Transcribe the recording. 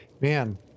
man